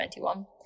2021